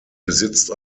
besitzt